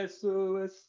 SOS